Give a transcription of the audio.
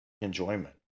enjoyment